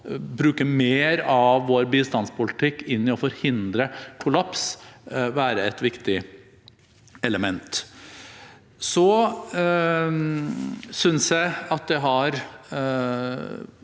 bruke mer av vår bistandspolitikk inn i å forhindre kollaps, være et viktig element. Jeg synes det har